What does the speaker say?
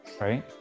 right